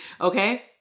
Okay